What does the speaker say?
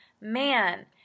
man